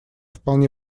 вполне